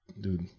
dude